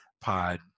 pod